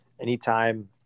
anytime